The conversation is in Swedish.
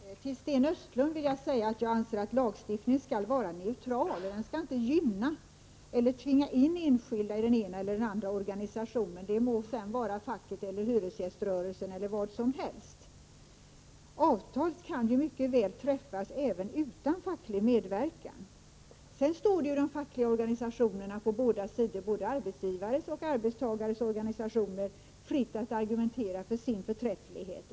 Herr talman! Till Sten Östlund vill jag säga att jag anser att lagstiftningen skall vara neutral. Den skall inte tvinga in enskilda i den ena eller andra organisationen — det må vara facket, hyresgäströrelsen eller vad som helst. Avtal kan mycket väl träffas utan facklig medverkan. Sedan står det de fackliga organisationerna på båda sidorna, både arbetsgivares och arbetsta 43 gares organisationer, fritt att argumentera för sin förträfflighet.